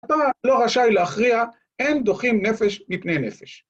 ‫אתה לא רשאי להכריע, ‫הם דוחים נפש מפני נפש.